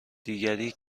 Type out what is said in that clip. دیگری